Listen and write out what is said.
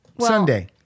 Sunday